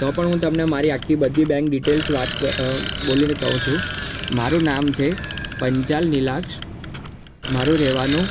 તો હું તમને મારી આખી બધી બેન્ક ડિટેલ્સ વાત બોલીને કહું છું મારું નામ છે પંચાલ નિલાક્ષ મારું રહેવાનું